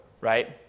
right